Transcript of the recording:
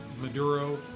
Maduro